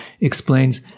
explains